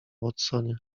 watsonie